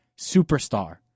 superstar